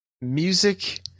Music